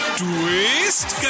twist